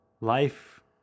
Life